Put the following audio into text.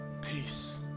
peace